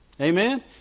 Amen